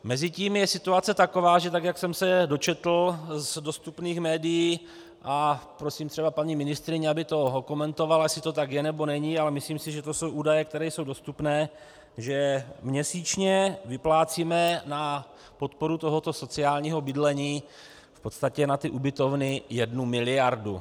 Mezitím je situace taková, že tak jak jsem se dočetl z dostupných médií, a prosím třeba paní ministryni, aby to okomentovala, jestli to tak je, nebo není, ale myslím si, že to jsou údaje, které jsou dostupné, že měsíčně vyplácíme na podporu sociálního bydlení, v podstatě na ty ubytovny, jednu miliardu.